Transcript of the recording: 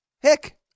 Hick